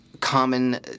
common